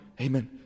Amen